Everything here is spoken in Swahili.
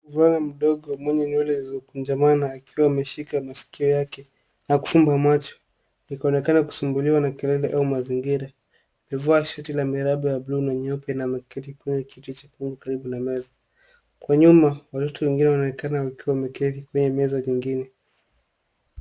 Mwewe mdogo mwenye nywele zilizokunjamana akiwa ameshika masikio yake na kufumba macho, yukionekana kusumbuliwa na kelele au mazingira. Amevaa shati ya miraba ya bluu na nyeupe na ameketi kwenye kitu chekundu karibu na meza. Kwa nyuma, watoto wengine wanaonekana wakiwa wameketi kwenye meza jingine.